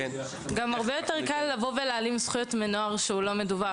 גם הרבה יותר קל להעלים זכויות מנוער שהוא לא מדווח.